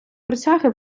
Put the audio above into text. присяги